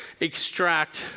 extract